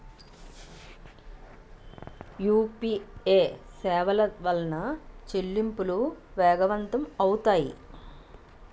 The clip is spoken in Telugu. యూపీఏ సేవల వలన చెల్లింపులు వేగవంతం అవుతాయి